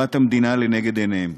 שטובת המדינה לנגד עיניהם.